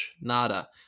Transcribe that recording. nada